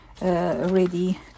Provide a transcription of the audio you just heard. ready